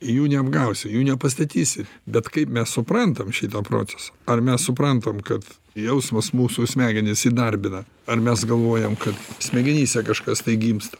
jų neapgausi jų nepastatysi bet kaip mes suprantam šitą procesą ar mes suprantam kad jausmas mūsų smegenis įdarbina ar mes galvojam kad smegenyse kažkas tai gimsta